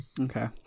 Okay